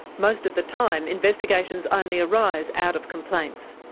most of the time, investigations only arise out of complaints.